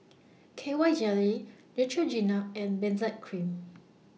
K Y Jelly Neutrogena and Benzac Cream